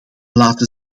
laten